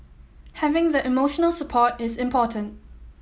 having the emotional support is important